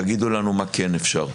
תגידו לנו מה כן אפשר,